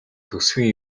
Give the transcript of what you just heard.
төсвийн